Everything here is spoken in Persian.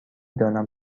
دانم